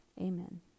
Amen